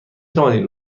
توانید